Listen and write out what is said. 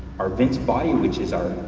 our vince bayou, which is our,